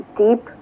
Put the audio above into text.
deep